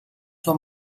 sua